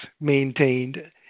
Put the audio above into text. maintained